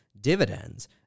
dividends